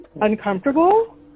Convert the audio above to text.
uncomfortable